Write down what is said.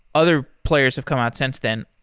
other players have come out since then.